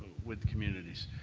with the communities.